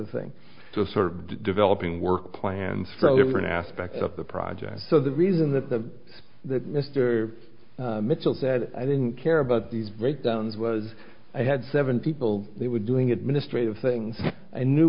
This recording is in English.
of thing to sort of developing work plans for different aspects of the project so the reason that the that mr mitchell said i didn't care about these very towns was i had seven people they were doing administrative things i knew